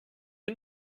bin